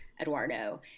Eduardo